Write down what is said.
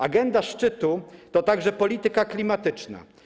Agenda szczytu to także polityka klimatyczna.